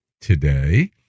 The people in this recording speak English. today